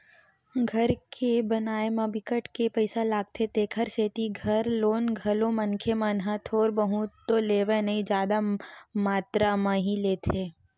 घर के बनाए म बिकट के पइसा लागथे तेखर सेती घर लोन घलो मनखे मन ह थोर बहुत तो लेवय नइ जादा मातरा म ही लेथे